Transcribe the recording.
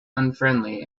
unfriendly